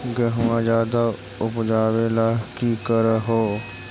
गेहुमा ज्यादा उपजाबे ला की कर हो?